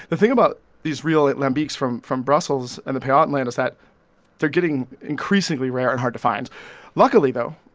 the thing about these real lambics from from brussels and the pajottenland is that they're getting increasingly rare and hard to find luckily though,